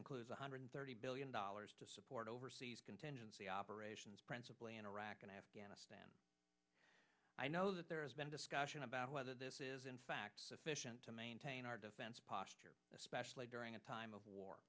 includes one hundred thirty billion dollars to support overseas contingency operations principally in iraq and afghanistan i know that there has been discussion about whether this is in fact sufficient to maintain our defense posture especially during a time of war